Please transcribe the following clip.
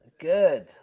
Good